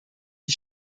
die